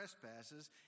trespasses